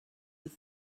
with